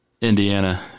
Indiana